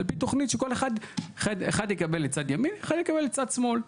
על פי תוכנית שאחד יקבל את צד ימין ואחד יקבל את צד שמאל.